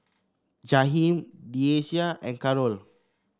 Jaheem Deasia and Carroll